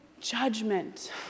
judgment